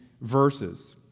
verses